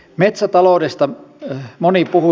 metsätaloudesta moni puhui